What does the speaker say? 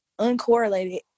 uncorrelated